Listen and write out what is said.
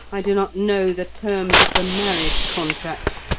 i do not know the terms of the marriage contract.